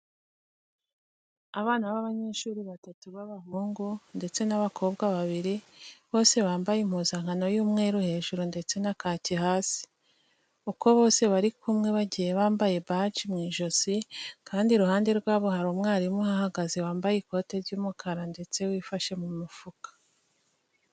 Abana b'abanyeshuri batatu b'abahungu ndetse n'abakobwa babiri, bose bambaye impuzankano y'umweru hejuru ndetse na kaki hasi. Uko bose bari kumwe bagiye bambaye baji mu ijosi kandi iruhande rwabo hari umwarimu uhahagaze wambaye ikotse ry'umukara ndetse wifashe mu mufuka.